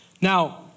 Now